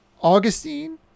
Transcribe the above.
Augustine